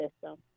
system